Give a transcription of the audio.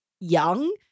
young